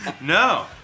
No